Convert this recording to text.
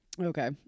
Okay